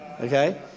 Okay